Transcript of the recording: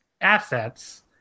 assets